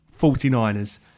49ers